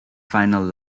final